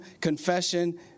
confession